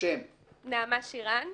נעמה שירן,